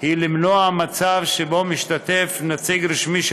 היא "למנוע מצב שבו משתתף נציג רשמי של